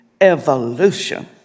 evolution